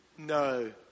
No